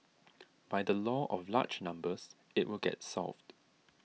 by the law of large numbers it will get solved